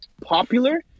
popular